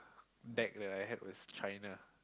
back then I have was China